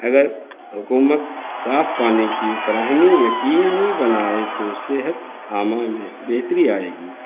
اگر حکومت صاف پانی کی فراہمی یقینی بنائے تو صحت عامہ میں بہتری آئے گی